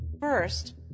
First